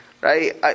right